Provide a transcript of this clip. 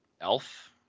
Elf